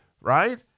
right